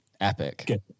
Epic